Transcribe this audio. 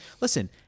Listen